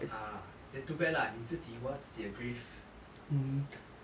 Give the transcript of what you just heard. ah then too bad lah 你自己挖自己的 grave